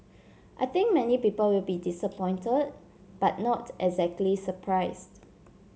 I think many people will be disappointed but not exactly surprised